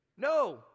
No